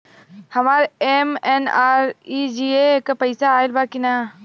हमार एम.एन.आर.ई.जी.ए के पैसा आइल बा कि ना?